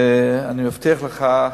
אני מבטיח לך,